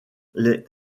les